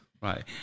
Right